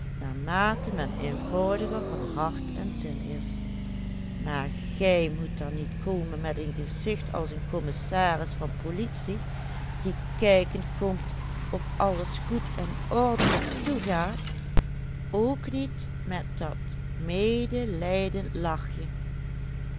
gij moet er niet komen met een gezicht als een commissaris van politie die kijken komt of alles goed en ordelijk toegaat ook niet met dat medelijdend lachje